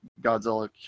Godzilla